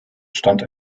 stand